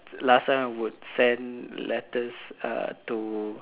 last time I would send letters uh to